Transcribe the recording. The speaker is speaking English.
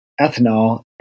ethanol